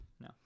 no